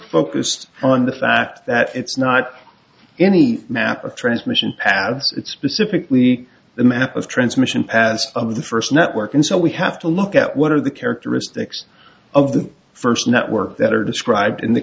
focused on the fact that it's not any map of transmission paths it's specifically the map of transmission paths of the first network and so we have to look at what are the characteristics of the first network that are described in the